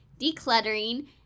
decluttering